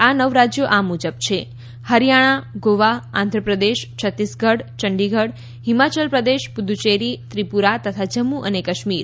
આ નવ રાજ્યો આ મુજબ હરિયાણા ગોવા આંધ્રપ્રદેશ છત્તીસગઢ ચંડીગઢ હિમાચલ પ્રદેશ પુડુંચેરી ત્રિપુરા તથા જમ્મુ અને કાશ્મીર